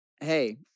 hey